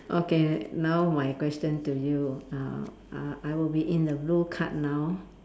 okay now my question to you uh uh I will be in the blue card now